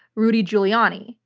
rudy giuliani,